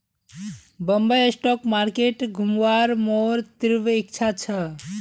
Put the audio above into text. Bombay stock market घुमवार मोर तीव्र इच्छा छ